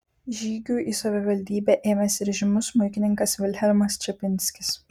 žygių į savivaldybę ėmėsi ir žymus smuikininkas vilhelmas čepinskis